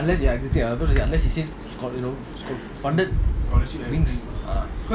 unless ya exactly I was gonna say unless he say